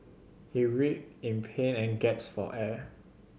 he read in pain and gasped for air